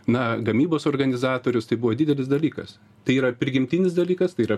na gamybos organizatorius tai buvo didelis dalykas tai yra prigimtinis dalykas tai yra